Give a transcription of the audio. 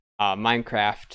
Minecraft